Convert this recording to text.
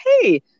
hey